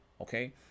okay